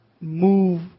move